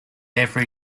every